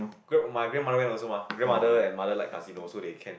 grand~ my grandmother went also mah grandmother and my mother like casino so they can